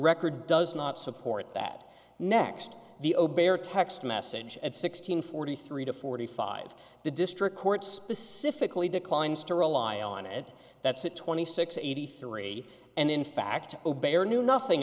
record does not support that next the obey or text message at sixteen forty three to forty five the district court specifically declines to rely on it that's it twenty six eighty three and in fact obey or knew nothing